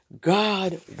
God